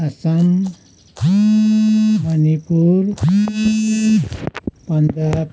Assam Manipur Punjab